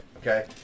Okay